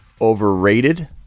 overrated